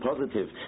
positive